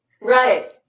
Right